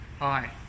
Hi